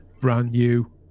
brand-new